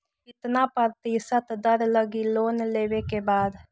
कितना प्रतिशत दर लगी लोन लेबे के बाद?